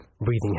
breathing